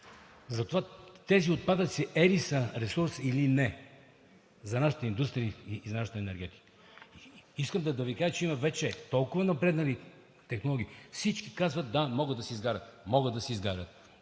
за това тези отпадъци дали са ресурс или не за нашата индустрия и за нашата енергетика. Искам да ви кажа, че има вече толкова напреднали технологии. Всички казват: да, могат да се изгарят,